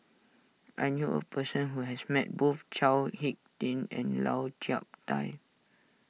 I knew a person who has met both Chao Hick Tin and Lau Chiap Khai